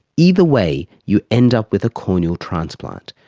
either way, you end up with a corneal transplant.